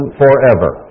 forever